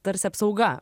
tarsi apsauga